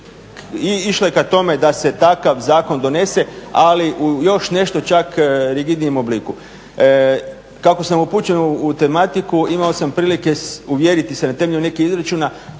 išle ka tome da se takav zakon donese, ali u još nešto čak rigidnijem obliku. Kako sam upućen u tematiku, imao sam prilike uvjeriti se na temelju nekih izračuna